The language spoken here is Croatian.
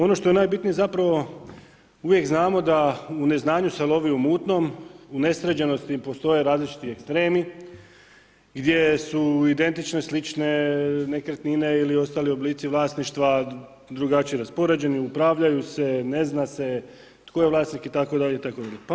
Ono što je najbitnije zapravo uvijek znamo da u neznanju se lovi u mutnom, u nesređenosti postoje različiti ekstremi gdje su identične slične nekretnine ili ostali oblici vlasništva drugačije raspoređeni, upravljaju se, ne zna se tko je vlasnik itd., itd.